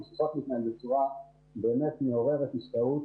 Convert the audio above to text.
ממשיכות להתנהל בצורה באמת מעוררת השתאות